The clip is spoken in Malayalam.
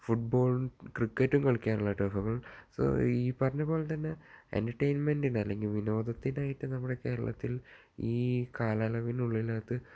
ഫുടബോൾ ക്രിക്കറ്റും കളിക്കാനുള്ള ടെർഫുകൾ സൊ ഈ പറഞ്ഞ പോലെ തന്നെ എൻ്റെർടൈൻമെൻ്റിന് അല്ലെങ്കിൽ വിനോദത്തിനായിട്ട് നമ്മുടെ കേരളത്തിൽ ഈ കാലയളവിനുള്ളിൽ അത്